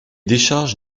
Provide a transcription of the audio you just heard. décharges